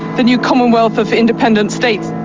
the new commonwealth of independent states.